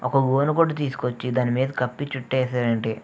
ఒక గోని గుడ్డ తీసుకొచ్చి దాని మీద కప్పి చుట్టేసారంటే